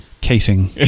casing